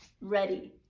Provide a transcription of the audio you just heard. ready